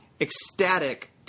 ecstatic